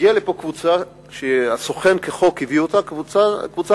הגיעה מפה קבוצה שהסוכן הביא אותה כחוק, קבוצה